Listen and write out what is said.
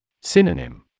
Synonym